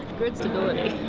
good stability.